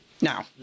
now